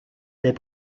des